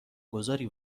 گذاری